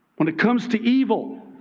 when it comes to evil,